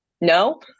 no